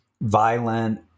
violent